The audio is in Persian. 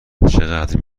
چقدر